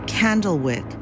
Candlewick